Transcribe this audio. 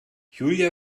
julia